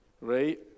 right